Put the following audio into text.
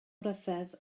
ryfedd